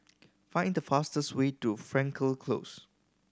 find the fastest way to Frankel Close